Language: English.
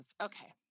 Okay